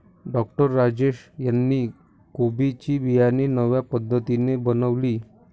doctor Rajesh यांनी कोबी ची बियाणे नव्या पद्धतीने बनवली